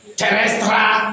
terrestrial